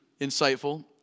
insightful